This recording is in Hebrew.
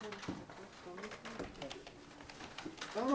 הישיבה ננעלה בשעה 12:45.